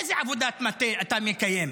איזו עבודת מטה אתה מקיים?